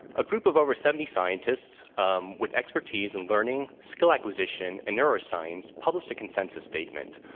a group of over seventy scientists um with expertise in learning, skill acquisition, and neuroscience, published a consensus statement,